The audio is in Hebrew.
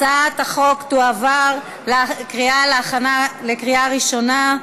הצעת החוק תועבר להכנה לקריאה ראשונה.